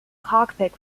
cockpit